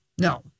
No